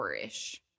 ish